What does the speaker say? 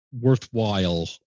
worthwhile